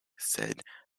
said